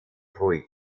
ruhig